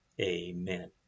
amen